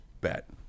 bet